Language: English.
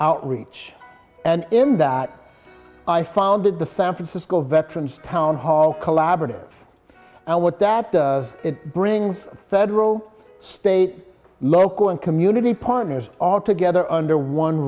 outreach and in that i founded the san francisco veterans town hall collaborative and what that does it brings federal state local and community partners all together under one